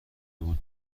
بود